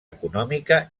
econòmica